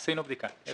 עשינו בדיקה.